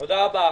תודה רבה.